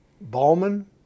Ballman